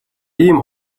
ийм